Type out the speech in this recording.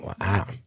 Wow